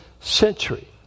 century